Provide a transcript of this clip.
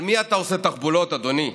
על מי אתה עושה תחבולות, אדוני?